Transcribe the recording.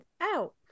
out